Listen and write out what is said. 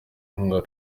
inkunga